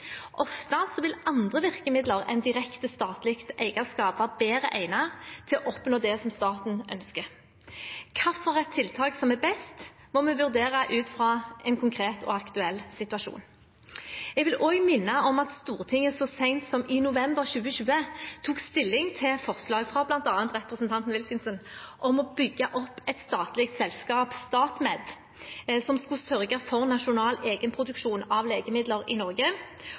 Ofte vil andre virkemidler enn direkte statlig eierskap være bedre egnet til å oppnå det som staten ønsker. Hvilke tiltak som er best, må vi vurdere ut fra en konkret og aktuell situasjon. Jeg vil også minne om at Stortinget så sent som i november 2020 tok stilling til et forslag fra bl.a. representanten Wilkinson om å bygge opp et statlig selskap, StatMed, som skulle sørge for nasjonal egenproduksjon av legemidler i Norge.